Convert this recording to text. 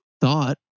thought